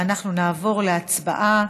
אנחנו נעבור להצבעה